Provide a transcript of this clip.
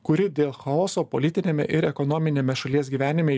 kuri dėl chaoso politiniame ir ekonominiame šalies gyvenime